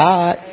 God